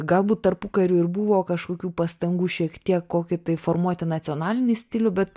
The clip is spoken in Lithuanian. galbūt tarpukariu ir buvo kažkokių pastangų šiek tiek kokį tai formuoti nacionalinį stilių bet